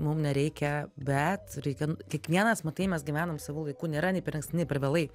mum nereikia bet reikia kiekvienas matai mes gyvenam savu laiku nėra nei per anksti nei per vėlai